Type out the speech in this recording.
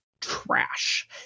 trash